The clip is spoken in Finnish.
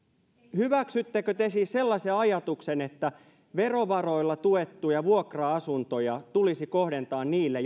hyväksyttekö te siis sellaisen ajatuksen että verovaroilla tuettuja vuokra asuntoja tulisi kohdentaa niille